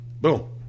Boom